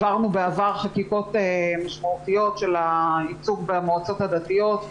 בעבר העברנו חקיקות משמעותיות של ייצוג במועצות הדתיות,